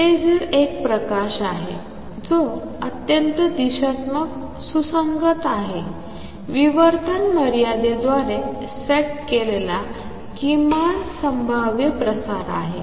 laser एक प्रकाश आहे जो अत्यंत दिशात्मक सुसंगत आहे विवर्तन मर्यादेद्वारे सेट केलेला किमान संभाव्य प्रसार आहे